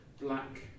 Black